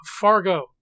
Fargo